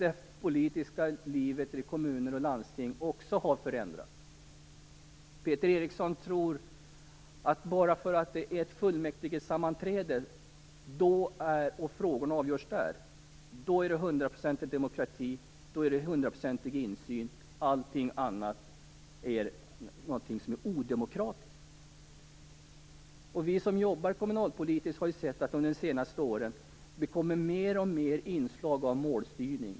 Det politiska livet i kommuner och landstingskommuner har också förändrats. Peter Eriksson tror att det är hundraprocentig demokrati och insyn bara frågorna avgörs vid ett fullmäktigesammanträde. Allting annat är odemokratiskt. Vi som jobbar kommunalpolitiskt har sett att det under de senaste åren har blivit allt större inslag av målstyrning.